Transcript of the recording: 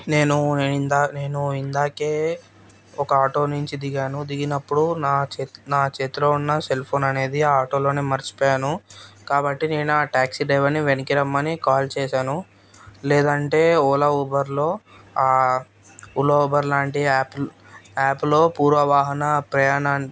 నేను నేను ఇందా నేను ఇందాకే ఒక ఆటో నుంచి దిగాను దిగినప్పుడు నా చేత్ నా చేతిలో ఉన్న సెల్ ఫోన్ అనేది ఆటోలో మర్చిపోయాను కాబట్టి నేను ఆ ట్యాక్సీ డ్రైవర్ని వెనక్కి రమ్మని కాల్ చేశాను లేదంటే ఓలా ఊబర్లో ఓలా ఊబర్ లాంటి యాప్ యాప్లో పూర్వ వాహన ప్రయాణన్